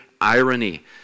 irony